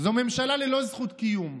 זו ממשלה ללא זכות קיום,